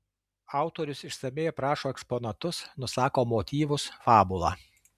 autorius išsamiai aprašo eksponatus nusako motyvus fabulą